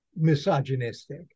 misogynistic